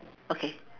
okay